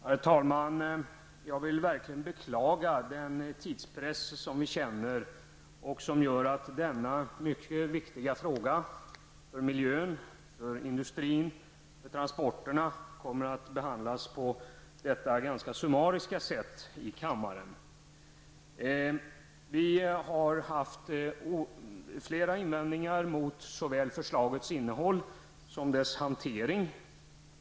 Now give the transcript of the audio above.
Herr talman! Jag vill verkligen beklaga den tidspress som vi känner och som gör att denna viktiga fråga för miljön, för industrin och för transporterna kommer att behandlas på detta ganska summariska sätt i kammaren. Vi har haft flera invändningar mot såväl förslagets innehåll som dess hantering.